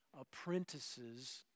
apprentices